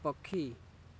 ପକ୍ଷୀ